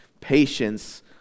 patience